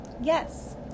Yes